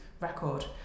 record